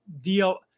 deal